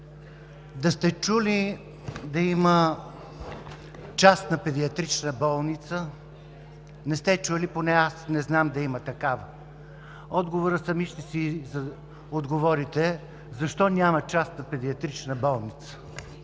Да сте чули да има частна педиатрична болница? Не сте чули и поне аз не знам да има такава. Сами ще си отговорите защо няма частна педиатрична болница.